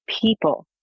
people